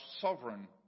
sovereign